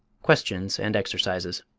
questions and exercises